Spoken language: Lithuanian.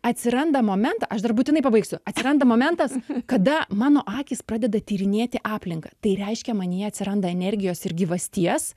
atsiranda moment aš dar būtinai pabaigsiu atsiranda momentas kada mano akys pradeda tyrinėti aplinką tai reiškia manyje atsiranda energijos ir gyvasties